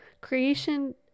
Creation